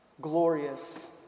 Glorious